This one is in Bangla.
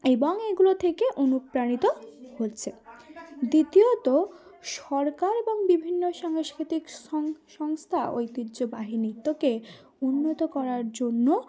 এবং এগুলো থেকে অনুপ্রাণিত হচ্ছে দ্বিতীয়ত সরকার এবং বিভিন্ন সাংস্কৃতিক সং সংস্থা ঐতিহ্যবাহি নৃত্যকে উন্নত করার জন্য